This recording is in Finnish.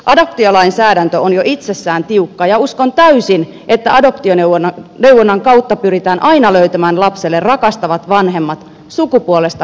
adoptiolainsäädäntö on jo itsessään tiukka ja uskon täysin että adoptioneuvonnan kautta pyritään aina löytämään lapselle rakastavat vanhemmat sukupuolesta riippumatta